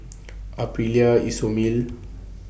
Aprilia Isomil